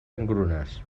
engrunes